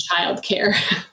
childcare